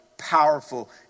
powerful